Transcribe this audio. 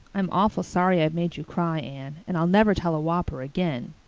i'm awful sorry i've made you cry, anne, and i'll never tell a whopper again.